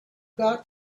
got